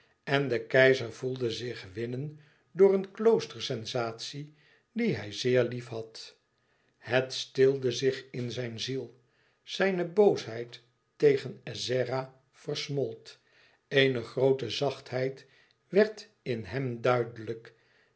en de keizer voelde zich winnen door een klooster sensatie die hij zeer liefhad het stilde zich in zijn ziel zijne boosheid tegen ezzera versmolt eene groote zachtheid werd in hem duidelijk